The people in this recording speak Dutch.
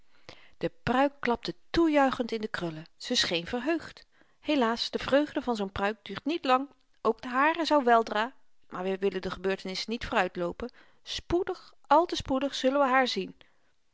de pruik klapte toejuichend in de krullen ze scheen verheugd helaas de vreugde van zoo'n pruik duurt niet lang ook de hare zou weldra maar wy willen de gebeurtenissen niet vooruitloopen spoedig àl te spoedig zullen we haar zien